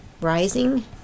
Rising